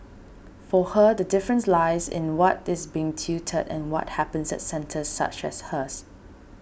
for her the difference lies in what is being tutored and what happens at centres such as hers